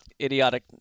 idiotic